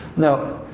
now,